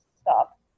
stop